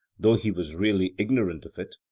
though he was really ignorant of it,